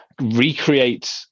recreate